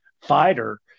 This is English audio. fighter